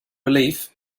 belief